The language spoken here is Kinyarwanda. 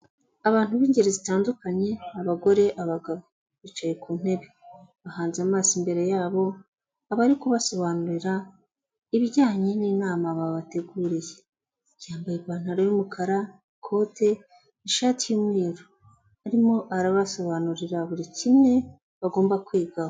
Abantu b'ingeri zitandukanye abagore, abagabo bicaye ku ntebe, bahanze amaso imbere yabo abari kubasobanurira ibijyanye n'inama babateguriye, yambaye ipantaro y'umukara, ikote, ishati y'umweru arimo arabasobanurira buri kimwe bagomba kwigaho.